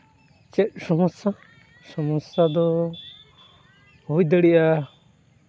ᱪᱮᱫ ᱥᱚᱢᱚᱥᱥᱟ ᱥᱚᱢᱚᱥᱥᱟ ᱫᱚ ᱦᱩᱭ ᱫᱟᱲᱮᱭᱟᱜᱼᱟ